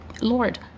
lord